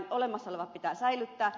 olemassa olevat pitää säilyttää